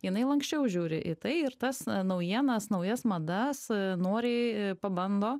jinai lanksčiau žiūri į tai ir tas naujienas naujas madas noriai pabando